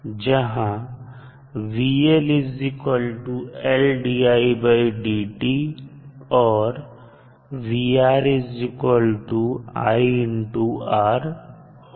जहां और होगा